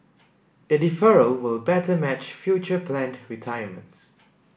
the deferral will better match future planned retirements